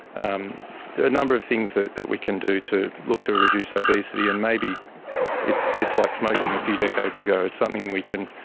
um there are a number of things that that we can do to look to reduce obesity. and maybe it's it's like smoking a few decades ago, it's something we can